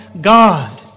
God